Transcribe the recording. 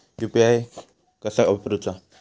UPI कसा वापरूचा?